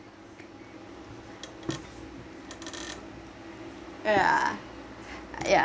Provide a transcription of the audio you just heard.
yeah yeah